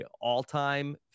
all-time